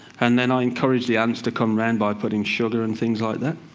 and then i encouraged the ants to come round by putting sugar and things like that.